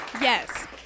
Yes